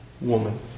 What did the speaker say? woman